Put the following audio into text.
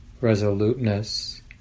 resoluteness